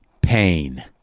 pain